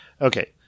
Okay